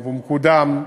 הוא מקודם.